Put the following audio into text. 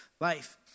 life